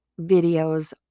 videos